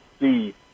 see